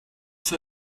zur